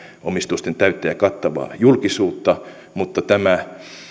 omistusten täyttä ja kattavaa julkisuutta mutta tämä